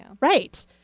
Right